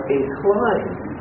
inclined